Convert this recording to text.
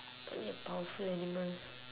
I need a powerful animal